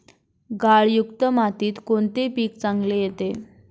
गाळयुक्त मातीत कोणते पीक चांगले येते?